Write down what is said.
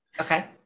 Okay